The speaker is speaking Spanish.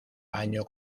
año